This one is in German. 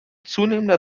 zunehmender